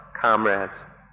comrades